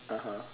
(uh huh)